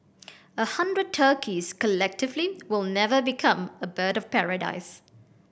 a hundred turkeys collectively will never become a bird of paradise